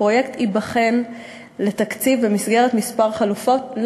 5. מימון הפרויקט ייבחן במסגרת כמה חלופות,